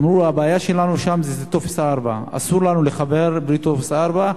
אמרו: הבעיה שלנו שם זה טופס 4. אסור לנו לחבר בלי טופס 4,